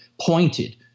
pointed